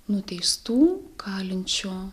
nuteistų kalinčių